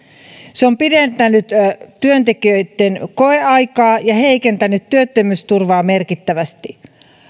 se on pidentänyt työntekijöitten koeaikaa ja heikentänyt työttömyysturvaa merkittävästi